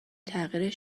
تغییر